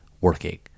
working